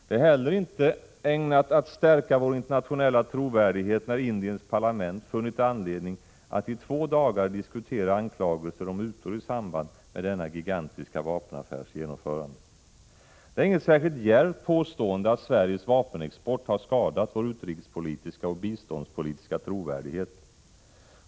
Det är heller inte ägnat att stärka vår internationella trovärdighet när Indiens parlament funnit anledning att i två dagar diskutera anklagelser om mutor i samband med denna gigantiska vapenaffärs genomförande. Det är inget särskilt djärvt påstående att Sveriges vapenexport har skadat vår utrikespolitiska och biståndspolitiska trovärdighet.